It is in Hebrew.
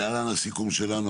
להלן הסיכום שלנו.